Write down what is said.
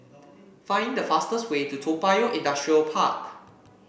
find the fastest way to Toa Payoh Industrial Park